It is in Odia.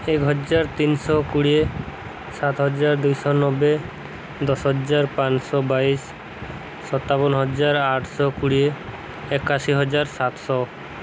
ଏକ ହଜାର ତିନିଶହ କୋଡ଼ିଏ ସାତହଜାର ଦୁଇଶହ ନବେ ଦଶ ହଜାର ପାଞ୍ଚ ଶହ ବାଇଶ ସତାବନ ହଜାର ଆଠଶହ କୋଡ଼ିଏ ଏକାଅଶି ହଜାର ସାତଶହ